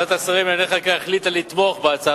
ועדת השרים לענייני חקיקה החליטה לתמוך בהצעת